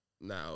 now